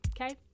Okay